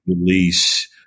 release